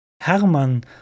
Hermann